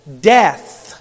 death